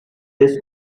this